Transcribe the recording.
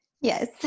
Yes